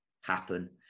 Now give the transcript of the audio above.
happen